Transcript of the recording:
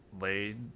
laid